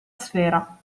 sfera